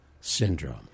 syndrome